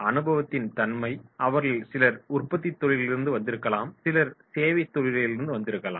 அனுபவத்தின் தன்மை அவர்களில் சிலர் உற்பத்தித் தொழில்களிலிருந்து வந்திருக்கலாம் சிலர் சேவைத் துறையிலிருந்து வந்திருக்கலாம்